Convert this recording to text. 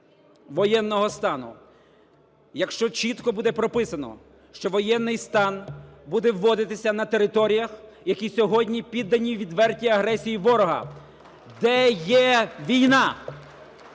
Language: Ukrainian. воєнного стану, якщо чітко буде прописано, що воєнний стан буде вводитися на територіях, які сьогодні піддані відвертій агресії ворога, де є війна.